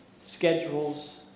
schedules